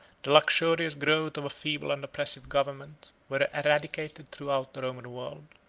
the luxurious growth of a feeble and oppressive government, were eradicated throughout the roman world.